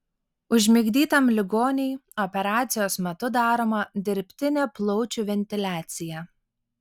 užmigdytam ligoniui operacijos metu daroma dirbtinė plaučių ventiliacija